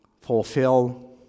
fulfill